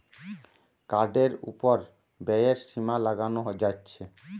কার্ডের উপর ব্যয়ের সীমা লাগানো যাচ্ছে